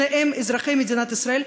שניהם אזרחי מדינת ישראל,